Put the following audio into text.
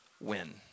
win